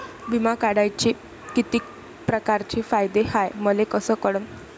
बिमा काढाचे कितीक परकारचे फायदे हाय मले कस कळन?